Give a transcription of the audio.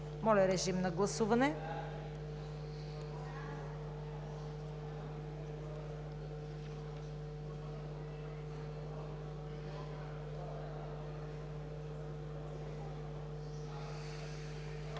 Моля, режим на гласуване